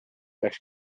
peaks